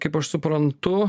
kaip aš suprantu